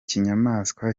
kinyamaswa